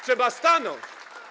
Trzeba stanąć.